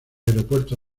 aeropuerto